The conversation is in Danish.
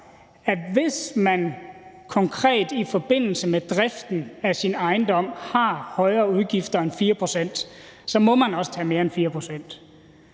at hvis man konkret i forbindelse med driften af sin ejendom har højere udgifter end de 4 pct., må man også tage mere end 4